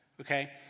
Okay